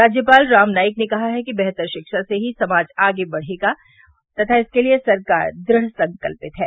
राज्यपाल राम नाईक ने कहा है कि बेहतर शिक्षा से ही समाज आगे बढ़ेगा तथा इसके लिए सरकार दृढ़ संकल्पित है